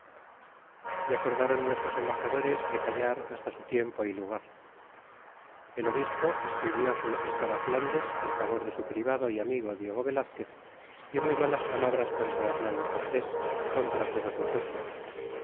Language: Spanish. y acordron nuestros embaxadores de callar hasta su tiempo é lugar y el obispo escribió su magestad á flandes en favor de su privado ó amigo diego velazquez y muy malas palabras contra hernando cortés y contra todos nosotros